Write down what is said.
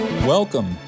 Welcome